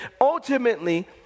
ultimately